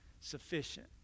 sufficient